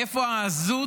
מאיפה העזות